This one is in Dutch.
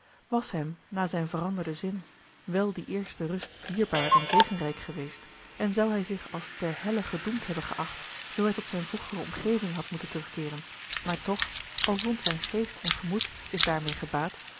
was hem na zijn veranderden zin wel die eerste rust dierbaar en zegenrijk geweest en zou hij zich als ter helle gedoemd hebben geacht zoo hij tot zijne vroegere omgeving had moeten terugkeeren maar toch al vond zijn geest en gemoed zich daarmeê gebaat